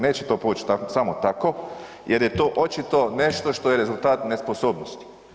Neće to poć samo tako jer je to očito nešto što je rezultat nesposobnosti.